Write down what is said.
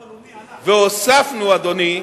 והוספנו, עלה,